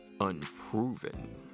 unproven